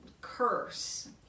curse